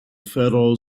federal